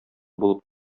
булып